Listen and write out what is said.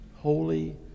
holy